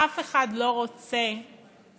אף אחד לא רוצה שנחתוך